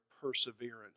perseverance